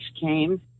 came